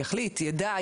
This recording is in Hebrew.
יידע,